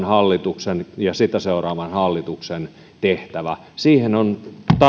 hallituksen ja sitä seuraavan hallituksen tehtävä siihen on